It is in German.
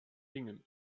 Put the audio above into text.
hingen